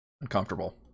Uncomfortable